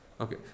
Okay